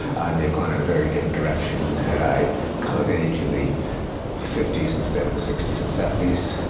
i may have gone in a very different direction had i come of age in the fifty s instead of the sixty s and seventy s.